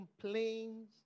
complains